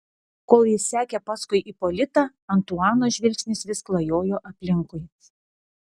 kol jis sekė paskui ipolitą antuano žvilgsnis vis klajojo aplinkui